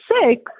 six